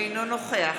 אינו נוכח